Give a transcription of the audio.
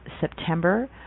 September